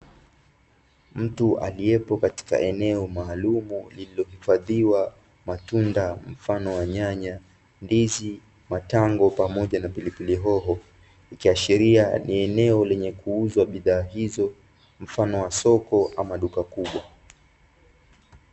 Mtu aliyepo katika eneo maalumu lililohifadhiwa matunda mfano wa nyanya, ndizi, matango pamoja na pilipili hoho, ikiashiria ni eneo lenye kuuzwa bidhaa hizo mfano wa soko ama duka kubwa.